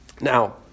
Now